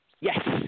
Yes